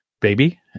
baby